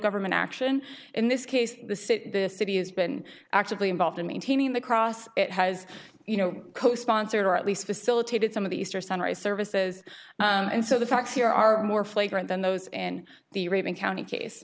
government action in this case the city this city has been actively involved in maintaining the cross it has you know co sponsored or at least facilitated some of the easter sunrise services and so the facts here are more flagrant than those in the reagan county case